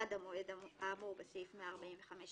עד המועד הבנייההאמור בסעיף 145(ד)(1),